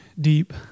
deep